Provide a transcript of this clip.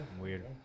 weird